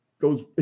goes